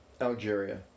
Algeria